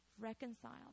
reconciled